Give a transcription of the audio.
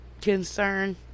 concern